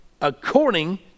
according